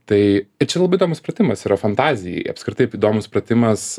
tai čia labai įdomus pratimas yra fantazijai apskritai įdomus pratimas